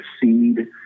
seed